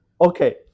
Okay